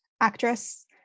actress